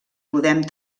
podem